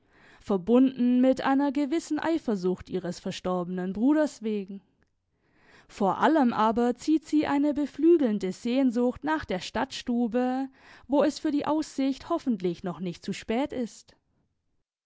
verbunden mit einer gewissen eifersucht ihres verstorbenen bruders wegen vor allem aber zieht sie eine beflügelnde sehnsucht nach der stadtstube wo es für die aussicht hoffentlich noch nicht zu spät ist